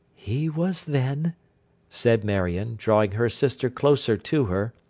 he was then said marion, drawing her sister closer to her,